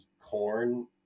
corn